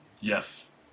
Yes